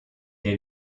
est